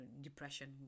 depression